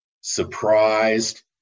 surprised